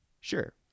Sure